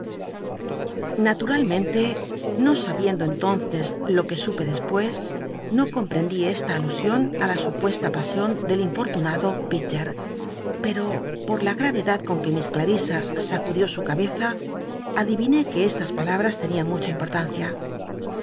natmalmcnle no sabiendo entonces lo r uc supe despues no comprendí csla alusion la supuesta pasion del infortunado l'idgcr pcro por la graycclad con que miss clarisa sacudió su cabeza ad iviné que estas palabras tenían mucha importancia